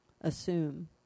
assume